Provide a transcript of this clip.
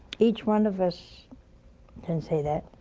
each one of us can say that.